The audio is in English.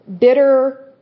bitter